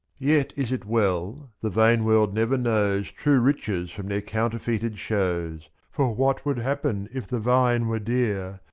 yet is it well the vain world never knows true riches from their counterfeited shows, for what would happen if the vine were dear.